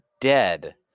dead